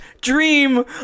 dream